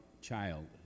Child